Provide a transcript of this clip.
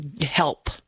help